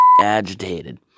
agitated